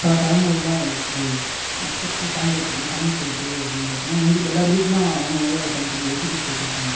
பல தலை முறைகளாக பயன்படுத்தப்படும் சமையல் குறிப்பு அப்படின்னு பார்த்தீங்கன்னா எல்லாேர் வீட்டிலேயும் அவங்கவங்க தனித்தனி ரெசிப்பீஸ் வச்சுருபாங்க